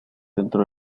dentro